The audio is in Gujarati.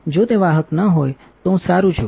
જો તે વાહક ન હોય તોહુંસારુંછું